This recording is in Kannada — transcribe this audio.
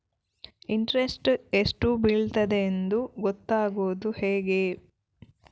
ಇಂಟ್ರೆಸ್ಟ್ ಎಷ್ಟು ಬೀಳ್ತದೆಯೆಂದು ಗೊತ್ತಾಗೂದು ಹೇಗೆ?